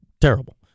Terrible